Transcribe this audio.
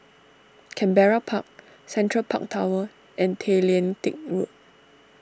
Canberra Park Central Park Tower and Tay Lian Teck Road